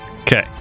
Okay